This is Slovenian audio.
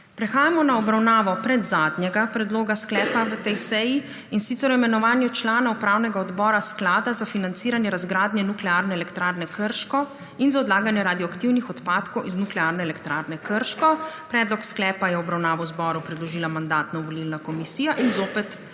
Prehajamo na obravnavo predzadnjega predloga sklepa v tej seji in sicer o imenovanju člana Upravnega odbora Sklada za financiranje razgradnje Nuklearne elektrarne Krško in za odlaganje radioaktivnih odpadkov iz Nuklearne elektrarne Krško. Predlog sklepa je v obravnavo zboru predložila Mandatno-volilna komisija. Zopet